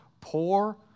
poor